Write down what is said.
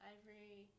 Ivory